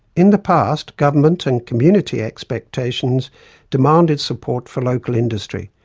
in the past government and community expectations demanded support for local industry.